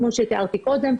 כמו שתיארתי קודם,